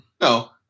no